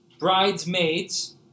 Bridesmaids